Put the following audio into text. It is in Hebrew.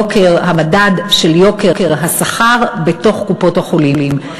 המדד של יוקר השכר בתוך קופות-החולים.